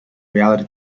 reality